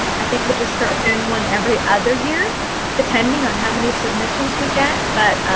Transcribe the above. i think we just started in one every other year depending on how many submissions we get but